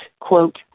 quote